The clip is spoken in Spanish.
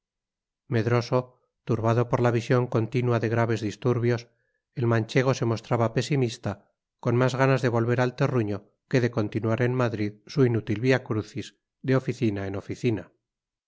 medroso turbado por la visión continua de graves disturbios el manchego se mostraba pesimista con más ganas de volver al terruño que de continuar en madrid su inútil via crucis de oficina en oficina